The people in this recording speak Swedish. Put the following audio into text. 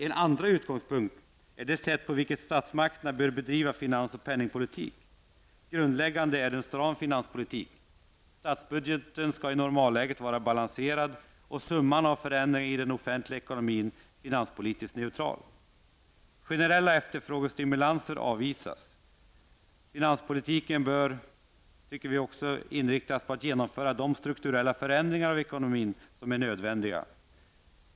En andra utgångspunkt är det sätt på vilket statsmakterna bör bedriva sin finans och penningpolitik. Grundläggande är en stram finanspolitik. Statsbudgeten skall i normalläget vara balanserad och summan av förändringar i den offentliga ekonomin finanspolitiskt neutral. Finanspolitiken bör inriktas på att genomföra de strukturella förändringar av ekonomin som är nödvändiga.